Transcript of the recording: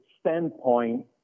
standpoint